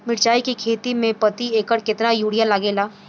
मिरचाई के खेती मे प्रति एकड़ केतना यूरिया लागे ला?